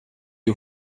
you